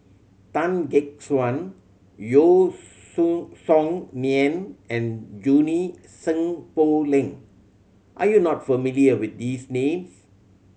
Tan Gek Suan Yeo Sun Song Nian and Junie Sng Poh Leng are you not familiar with these names